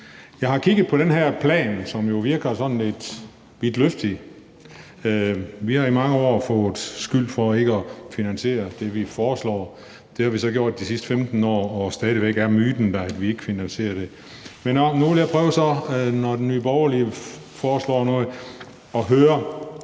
Jeg har kigget på den her plan, som jo virker sådan lidt vidtløftig. Vi har i mange år fået skyld for ikke at finansiere det, vi foreslår. Det har vi så gjort de sidste 15 år, og stadig væk er myten, at vi ikke finansierer det. Men når nu Nye Borgerlige foreslår noget, vil jeg